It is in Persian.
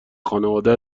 خانواده